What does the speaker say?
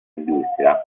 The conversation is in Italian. industria